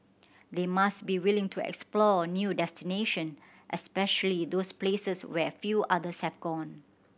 they must be willing to explore new destination especially those places where few others have gone